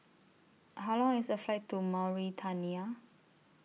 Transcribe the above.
How Long IS The Flight to Mauritania